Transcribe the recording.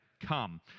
come